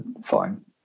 fine